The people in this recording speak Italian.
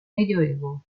medioevo